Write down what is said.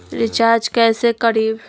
Recharge कैसे करीब?